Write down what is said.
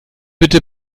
bitte